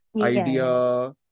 idea